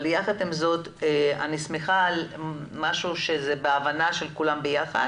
אבל יחד עם זאת אני שמחה שזה בהבנה של כולם ביחד,